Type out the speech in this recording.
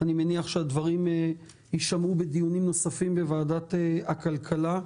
אני מניח שהדברים יישמעו בדיונים נוספים בוועדת הכלכלה.